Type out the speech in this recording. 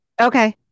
okay